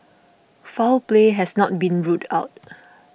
foul play has not been ruled out